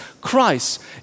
Christ